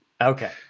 Okay